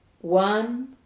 One